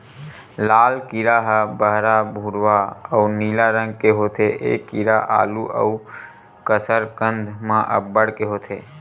लाल कीरा ह बहरा भूरवा अउ नीला रंग के होथे ए कीरा आलू अउ कसरकंद म अब्बड़ के होथे